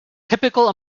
typical